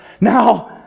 now